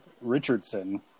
Richardson